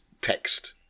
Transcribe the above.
text